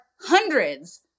hundreds